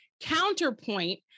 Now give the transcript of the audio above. counterpoint